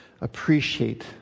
appreciate